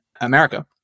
America